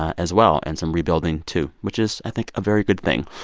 as well, and some rebuilding, too, which is, i think, a very good thing.